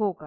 होगा